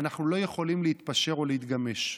אנחנו לא יכולים להתפשר או להתגמש.